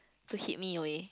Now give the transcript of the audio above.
to hit me away